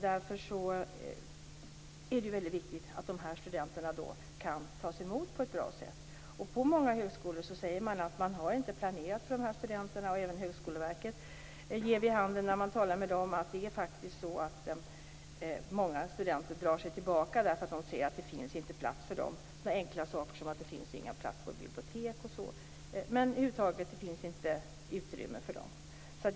Därför är det viktigt att studenterna kan tas emot på ett bra sätt. På många högskolor säger man att man inte har planerat för dessa studenter. Även Högskoleverket ger vid handen att många studenter faktiskt drar sig tillbaka därför att de ser att det inte finns plats för dem. Det kan handla om enkla saker som att det inte finns några platser på bibliotek. Det finns över huvud taget inte utrymme för dem.